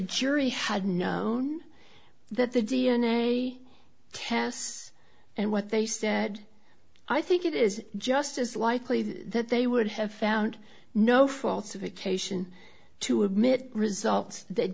jury had known that the d n a tests and what they said i think it is just as likely that they would have found no faults of occasion to admit result th